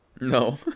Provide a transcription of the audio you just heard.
No